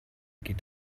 geht